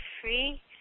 free